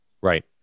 Right